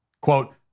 Quote